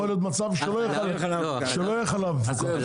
יכול להיות מצב שלא יהיה חלב מפוקח?